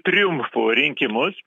triumfo rinkimus